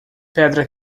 pedra